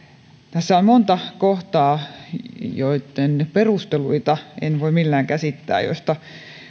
tässä on monta kohtaa joitten perusteluita en voi millään käsittää joista